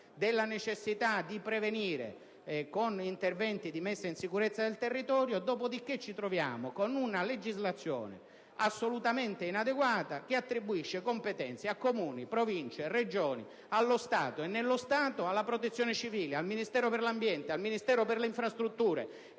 della necessità di prevenire con interventi di messa in sicurezza del territorio. Dopodiché, ci troviamo con una legislazione assolutamente inadeguata ,che attribuisce competenze a Comuni, Province, Regioni, allo Stato e, nello Stato, alla Protezione civile, al Ministero dell'ambiente, al Ministero delle infrastrutture